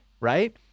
right